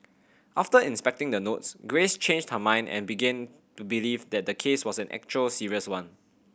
after inspecting the notes Grace changed her mind and began to believe that the case was an actual serious one